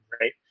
right